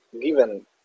given